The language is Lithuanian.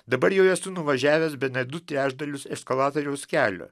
dabar jau esu nuvažiavęs bene du trečdalius eskalatoriaus kelio